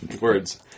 Words